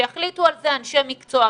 שיחליטו על זה אנשי מקצוע,